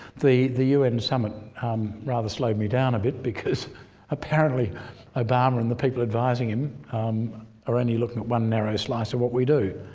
the the un summit rather slowed me down a bit because apparently obama and the people advising him are only looking at one narrow slice of what we do.